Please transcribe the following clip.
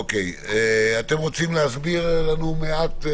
אוקיי, אתם רוצים להסביר מעט?